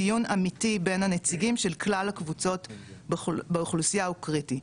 דיון אמיתי בין הנציגים של כלל הקבוצות באוכלוסייה הוא קריטי.